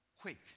quick